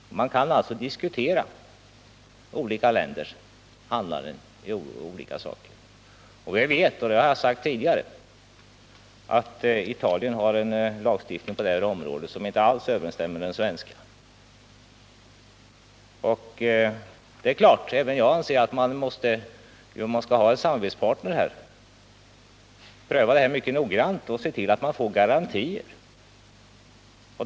Man kan alltså diskutera olika länders handlande i olika fall. Vi vet — det har jag sagt tidigare — att Italien har en lagstiftning på det här området som inte alls överensstämmer med den svenska. Även jag anser givetvis att man, om man skall ha en samarbetspartner, måste pröva detta mycket noggrant och se till att man får garantier.